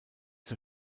zur